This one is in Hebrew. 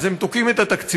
אז הם תוקעים את התקציבים,